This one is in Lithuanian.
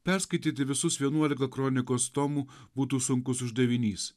perskaityti visus vienuolika kronikos tomų būtų sunkus uždavinys